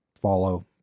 follow